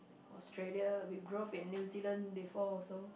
Australia we drove in New-Zealand before also